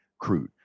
crude